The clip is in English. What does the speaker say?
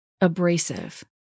abrasive